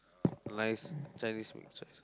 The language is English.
nice Chinese mixed rice